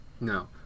No